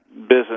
business